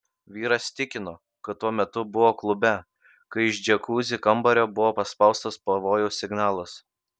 vyras tikino kad tuo metu buvo klube kai iš džiakuzi kambario buvo paspaustas pavojaus signalas